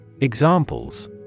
Examples